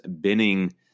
Binning